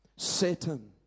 Satan